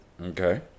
Okay